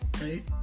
right